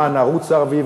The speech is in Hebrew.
למען ערוץ ערבי,